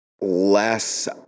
less